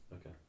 Okay